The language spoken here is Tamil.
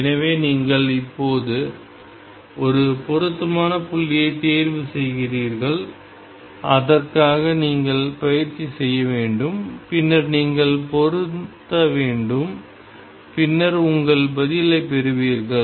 எனவே நீங்கள் இப்போது ஒரு பொருத்தமான புள்ளியைத் தேர்வு செய்கிறீர்கள் அதற்காக நீங்கள் பயிற்சி செய்ய வேண்டும் பின்னர் நீங்கள் பொருந்த வேண்டும் பின்னர் உங்கள் பதிலைப் பெறுவீர்கள்